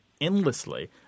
endlessly